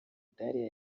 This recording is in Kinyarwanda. dariya